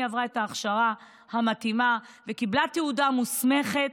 עברה את ההכשרה המתאימה וקיבלה תעודה מוסמכת.